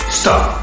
stop